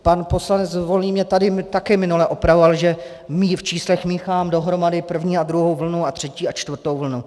Pan poslanec Volný mě tady také minule opravoval, že v číslech míchám dohromady první a druhou vlnu a třetí a čtvrtou vlnu.